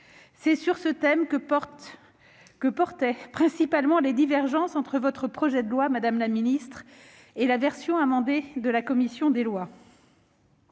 C'est sur ce thème que portent principalement les divergences entre votre texte, madame la ministre, et la version amendée de la commission des lois.